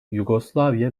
yugoslavya